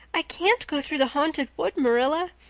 i can't go through the haunted wood, marilla,